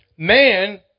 Man